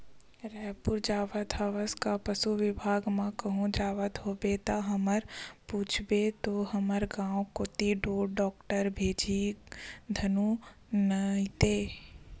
रइपुर जावत हवस का पसु बिभाग म कहूं जावत होबे ता हमर पूछबे तो हमर गांव कोती ढोर डॉक्टर भेजही धुन नइते